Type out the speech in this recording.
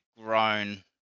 grown